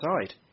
side